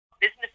business